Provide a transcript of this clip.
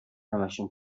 همشون